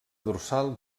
dorsal